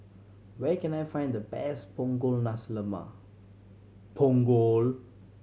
where can I find the best Punggol Nasi Lemak